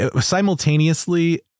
simultaneously